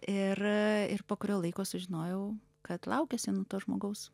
ir a ir po kurio laiko sužinojau kad laukiuosi nuo to žmogaus